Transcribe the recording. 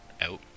out